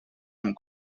amb